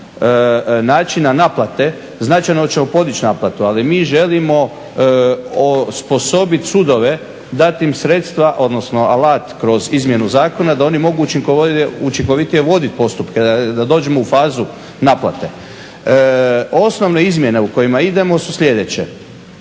načina naplate značajno ćemo podići naplatu, ali mi želimo osposobit sudove, dat im sredstva, odnosno alat kroz izmjenu zakona da oni mogu učinkovitije vodit postupke, da dođemo u fazu naplate. Osnovne izmjene u kojima idemo su sljedeće: